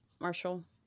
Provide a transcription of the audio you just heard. marshall